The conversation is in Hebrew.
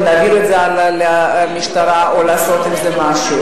אם להעביר את זה הלאה למשטרה או לעשות עם זה משהו.